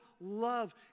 love